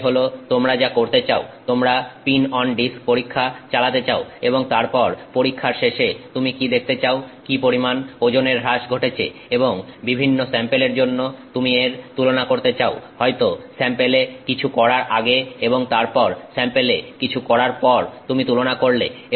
এটাই হলো তোমরা যা করতে চাও তোমরা পিন অন ডিস্ক পরীক্ষা চালাতে চাও এবং তারপর পরীক্ষার শেষে তুমি দেখতে চাও কি পরিমাণ ওজনের হ্রাস ঘটেছে এবং বিভিন্ন স্যাম্পেলের জন্য তুমি এর তুলনা করতে চাও হয়তো স্যাম্পেলে কিছু করার আগে এবং তারপর স্যাম্পেলে কিছু করার পর তুমি তুলনা করলে